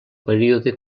període